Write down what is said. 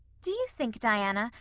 do you think, diana,